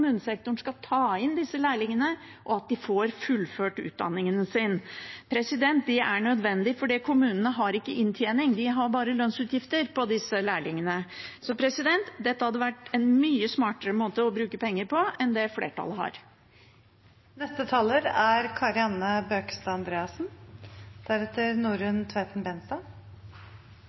skal ta inn disse lærlingene, slik at de får fullført utdanningen sin. Det er nødvendig, for kommunene har ikke inntjening, de har bare lønnsutgifter for disse lærlingene. Dette hadde vært en mye smartere måte å bruke penger på enn den som flertallet